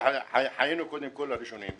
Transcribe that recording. ועל חיינו קודם כול הראשונים.